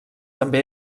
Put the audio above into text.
també